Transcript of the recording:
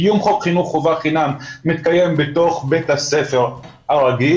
קיום חוק חינוך חובה חינם מתקיים בתוך בית הספר הרגיל,